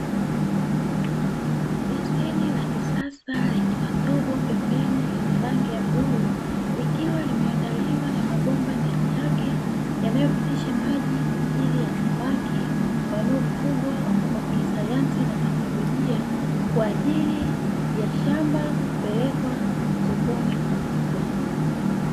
Beseni la kisasa lenye matobo pembeni lenye rangi ya bluu likiwa limeandaliwa na mabomba ndani yake yanayopitisha maji, kwa ajili ya samaki wanaofugwa kwa kisayansi na teknolojia kwa ajili ya shamba kupelekwa sokoni kuuzwa.